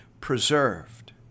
preserved